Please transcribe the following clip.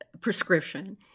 prescription